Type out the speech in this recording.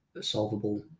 solvable